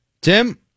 Tim